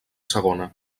segona